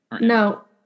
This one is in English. No